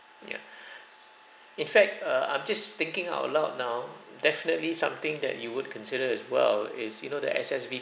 ya in fact err I'm just thinking out loud now definitely something that you would consider as well is you know the S_S_V